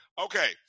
Okay